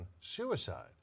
suicide